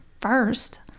first